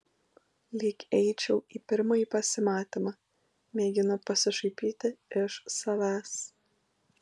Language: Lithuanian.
lyg eičiau į pirmąjį pasimatymą mėgino pasišaipyti iš savęs